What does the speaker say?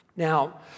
Now